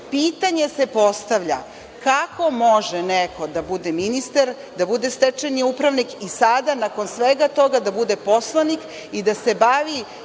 pitanje se postavlja - kako može neko da bude ministar, da bude stečajni upravnik i sada nakon svega toga da bude poslanik i da se bavi